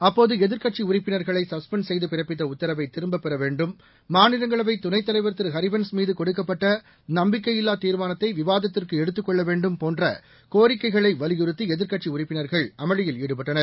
அப்போது எதிர்க்கட்சி உறுப்பினர்களை சஸ்பெண்ட் செய்து பிறப்பித்த உத்தரவை திரும்பப்பெற வேண்டும் மாநிலங்களவை துணைத்தலைவா் திரு ஹரிவன்ஸ் மீது கொடுக்கப்பட்ட நம்பிக்கையில்லா திர்மானத்தை விவாதத்துக்கு எடுத்துக் கொள்ள வேண்டும் என்பன போன்ற கோரிக்கைகளை வலியுறத்தி எதிர்க்கட்சி உறுப்பினர்கள் அமளியில் ஈடுபட்டனர்